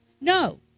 No